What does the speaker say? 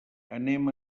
anem